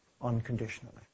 unconditionally